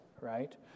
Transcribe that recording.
right